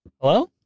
Hello